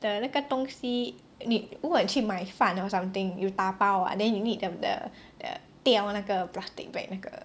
the 那个东西你如果你去买饭 or something you dabao ah then you need the the the 吊那个 plastic bag 那个